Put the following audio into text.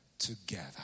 Together